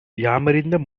யாமறிந்த